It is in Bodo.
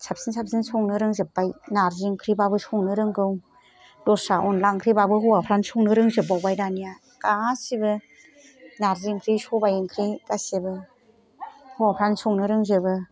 साबसिन साबसिन संनो रोंजोबबाय नारजि ओंख्रिबाबो संनो रोंगौ दसरा अनला ओंख्रिबाबो हौवाफ्रानो संनो रोंजोबबावबाय दानिया गासैबो नारजि ओंख्रि सबाइ ओंख्रि गासैबो हौवाफ्रानो संनो रोंजोबो